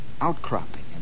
outcropping